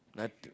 nothing